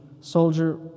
Soldier